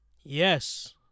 Yes